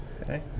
Okay